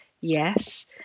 Yes